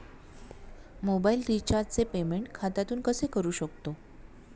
Mobile रिचार्जचे payment खात्यातून कसे करू शकतो?